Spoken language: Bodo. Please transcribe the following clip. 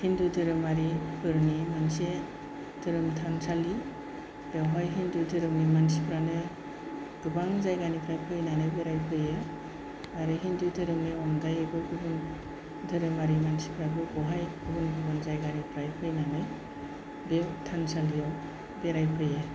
हिन्दु धोरोमारिफोरनि मोनसे धोरोम थानसालि बेयावहाय हिन्दु धोरोमनि मानसिफ्रानो गोबां जायगानिफ्राय फैनानै बेरायफैयो आरो हिन्दु धोरोमनि अनगायैबो गुबुन धोरोमारि मानसिफोराबो बेवहाय गुबुन गुबुन जायगानिफ्राय फैनानै बे थानसालियाव बेरायफैयो